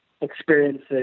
experiences